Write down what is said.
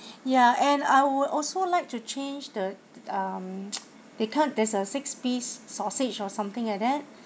ya and I would also like to change the um because there's a six piece sausage or something like that